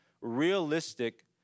realistic